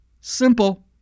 Simple